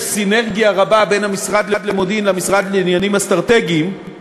יש סינרגיה רבה בין המשרד לענייני מודיעין למשרד לעניינים אסטרטגיים.